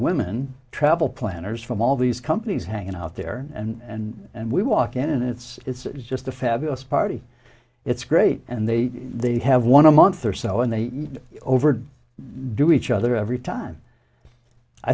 women travel planners from all these companies hang out there and and we walk in and it's it's just a fabulous party it's great and they they have one a month or so and they over do each other every time i